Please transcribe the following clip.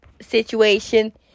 situation